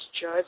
judge